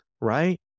right